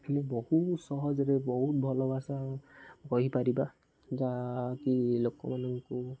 ଆମେ ବହୁତ ସହଜରେ ବହୁତ ଭଲ ଭାଷା କହିପାରିବା ଯାହାକି ଲୋକମାନଙ୍କୁ